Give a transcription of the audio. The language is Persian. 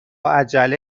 عجله